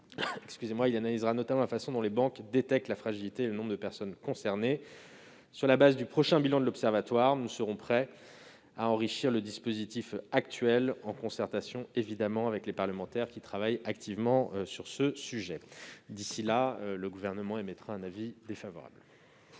Il analysera notamment la façon dont les banques détectent la fragilité et le nombre de personnes concernées. Sur la base du prochain bilan de l'Observatoire, nous serons prêts à enrichir le dispositif actuel, en concertation, évidemment, avec les parlementaires qui travaillent activement sur ce sujet. La parole est à Mme Nathalie Goulet,